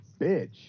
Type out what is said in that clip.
bitch